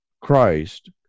Christ